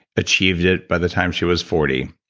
achieved it by the time she was forty,